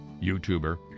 YouTuber